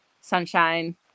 sunshine